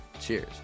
Cheers